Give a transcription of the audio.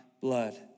blood